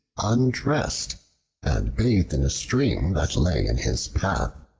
undressed and bathed in a stream that lay in his path.